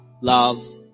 love